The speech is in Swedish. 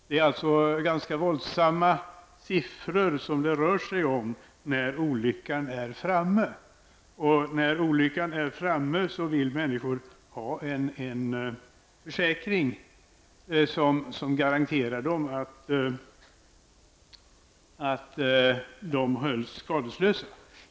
Det är ganska våldsamma siffror det rör sig om när olyckan är framme. När olyckan är framme vill människor ha en försäkring som garanterar att de hålls skadeslösa.